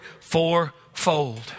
fourfold